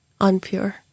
unpure